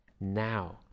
Now